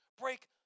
Break